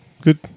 Good